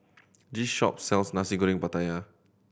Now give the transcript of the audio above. this shop sells Nasi Goreng Pattaya